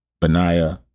Benaiah